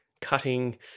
cutting